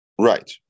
right